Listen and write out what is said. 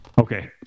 okay